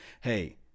hey